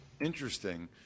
Interesting